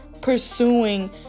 pursuing